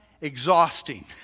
Exhausting